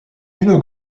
une